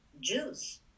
juice